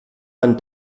man